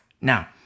Now